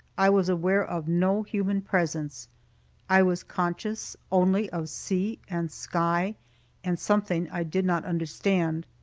i was aware of no human presence i was conscious only of sea and sky and something i did not understand.